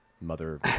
Mother